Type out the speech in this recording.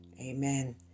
Amen